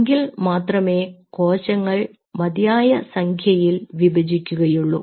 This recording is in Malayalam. എങ്കിൽ മാത്രമേ കോശങ്ങൾ മതിയായ സംഖ്യയിൽ വിഭജിക്കുകയുള്ളൂ